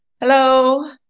Hello